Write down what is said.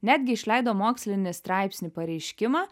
netgi išleido mokslinį straipsnį pareiškimą